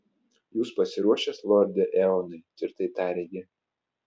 jūs pasiruošęs lorde eonai tvirtai tarė ji